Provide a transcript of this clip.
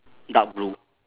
dark blue